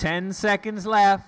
ten seconds left